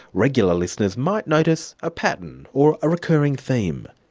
regular listeners might notice a pattern, or recurring theme.